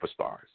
superstars